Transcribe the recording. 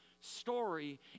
story